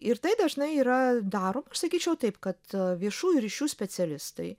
ir tai dažnai yra dar sakyčiau taip kad viešųjų ryšių specialistai